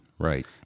Right